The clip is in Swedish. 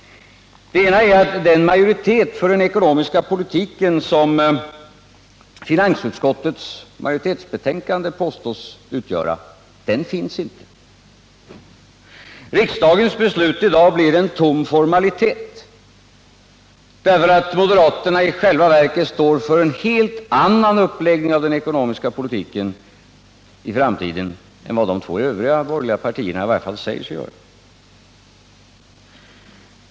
Det ena är att den majoritet beträffande den ekonomiska politiken som finansutskottets majoritetsbetänkande påstås spegla inte finns. Riksdagens beslut i dag blir en tom formalitet, eftersom moderaterna i själva verket står för en helt annan uppläggning av den framtida ekonomiska politiken än vad de två övriga borgerliga partierna i varje fall säger sig göra.